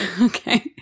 Okay